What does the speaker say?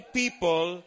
people